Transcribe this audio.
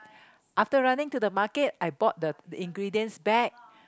after running to the market I bought the ingredients back